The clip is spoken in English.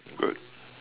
good